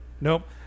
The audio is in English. Nope